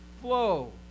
flow